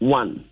one